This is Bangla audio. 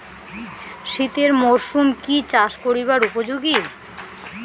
শীতের মরসুম কি চাষ করিবার উপযোগী?